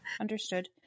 Understood